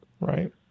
Right